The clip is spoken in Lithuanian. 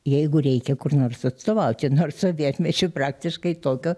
jeigu reikia kur nors atstovauti nors sovietmečiu praktiškai tokio